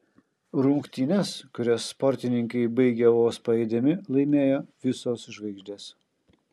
rungtynes kurias sportininkai baigė vos paeidami laimėjo visos žvaigždės